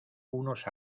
unos